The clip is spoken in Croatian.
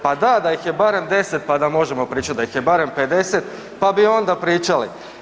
Pa da, da ih je barem 10 pa da možemo pričati, da ih je barem 50, pa bi onda pričali.